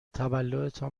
تولدتان